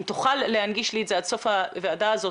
אם תוכל להנגיש לי את זה עד סוף הדיון הזה,